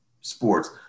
sports